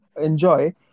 enjoy